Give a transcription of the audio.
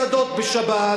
עובדות מסעדות בשבת,